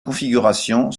configuration